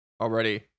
already